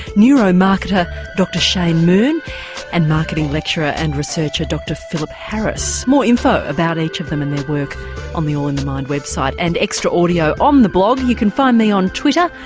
neuro-marketer dr shane moon and marketing lecturer and research ah dr philip harris. more info about each of them and their work on the all in the mind website and extra audio on um the blog, you can find me on twitter,